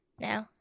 No